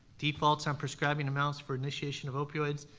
defaults on prescribing amounts for initiation of opioids,